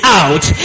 out